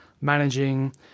managing